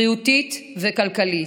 בריאותית וכלכלית,